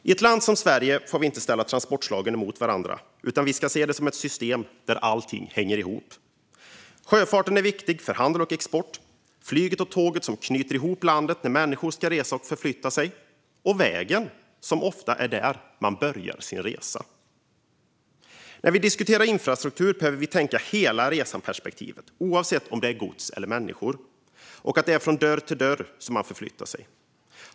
I ett land som Sverige får vi inte ställa transportslagen emot varandra, utan vi ska se det som ett system där allt hänger ihop: sjöfarten som är viktig för handel och export, flyget och tåget som knyter ihop landet när människor ska resa och förflytta sig och vägen som ofta är där man börjar sin resa. När vi diskuterar infrastruktur behöver vi tänka hela resan-perspektivet, oavsett om det är gods eller människor, och att det är från dörr till dörr som man förflyttar sig.